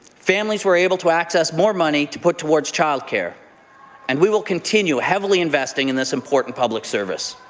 families were able to access more money to put towards child care and we will continue heavily investing in this important public service.